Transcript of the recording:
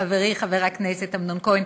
חברי חבר הכנסת אמנון כהן,